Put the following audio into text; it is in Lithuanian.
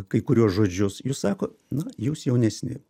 kai kuriuos žodžius jis sako na jūs jaunesni